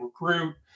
recruit